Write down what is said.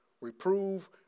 Reprove